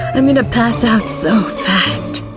i'm gonna pass out so fast.